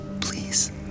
Please